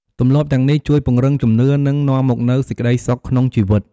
ទម្លាប់ទាំងនេះជួយពង្រឹងជំនឿ និងនាំមកនូវសេចក្តីសុខក្នុងជីវិត។